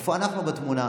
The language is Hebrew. איפה אנחנו בתמונה?